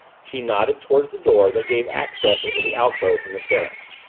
she nodded toward the door that gave access into the alcove from the terrace.